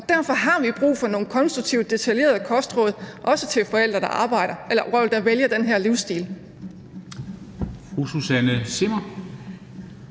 Derfor har vi brug for nogle konstruktive og detaljerede kostråd, også til forældre, der vælger den her livsstil.